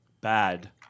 bad